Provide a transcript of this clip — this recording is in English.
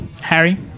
Harry